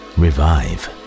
revive